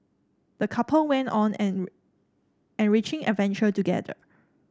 the couple went on an enriching adventure together